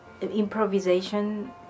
improvisation